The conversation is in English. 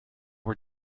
were